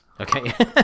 Okay